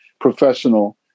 professional